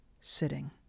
sitting